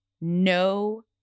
no